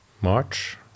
March